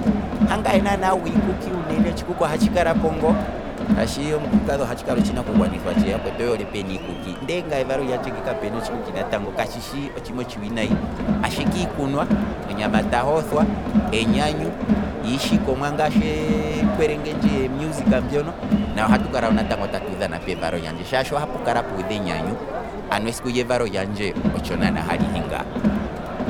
Hangaye naa gwiikuku unene, otshikuki ohatshi kalapo ngaa, shahsi omukulukadhi ohatshi kala otshinaku gwathithwa tshe yakwetu oyoole pena iikuki, nde ngaye evalo lyandje nge kapena otshikuki, katshishi otshiima otshiwinayi, ashike iikunwa, onayama tayi othwa, enyanyu, iishikomwa ngashi yiii kwelengendjo mbyono, nayo ohatu kala wo tatu dhana pevalo lyandje shaashi ohapu kala puudha enyanyu ano esiku lyevalo lyandje otsho naana hali ngaa.